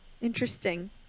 interesting